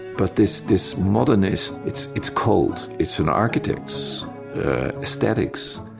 but this this modernist, it's it's cold. it's an architect's aesthetics.